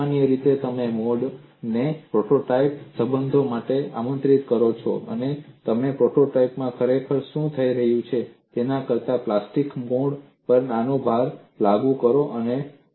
સામાન્ય રીતે તમે મોડેલ ને પ્રોટોટાઇપ સંબંધો માટે આમંત્રિત કરો છો અને તમે પ્રોટોટાઇપ માં ખરેખર શું થઈ રહ્યું છે તેના કરતાં પ્લાસ્ટિક મોડેલ પર નાનો ભાર લાગુ કરો છો